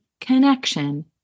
connection